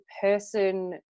person